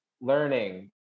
learning